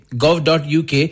gov.uk